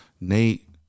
Nate